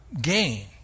gain